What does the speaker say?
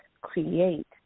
create